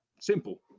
Simple